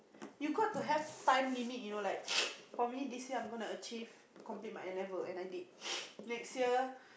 you got to have time limit you know like for me this year I'm gonna achieve complete my N-level and I did next year